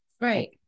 Right